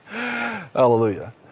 Hallelujah